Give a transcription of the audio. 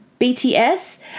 BTS